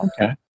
Okay